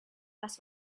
das